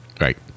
Right